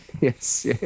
yes